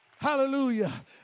Hallelujah